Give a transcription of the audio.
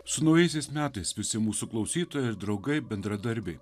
su naujaisiais metais visi mūsų klausytojai draugai bendradarbiai